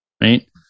right